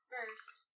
First